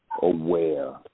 aware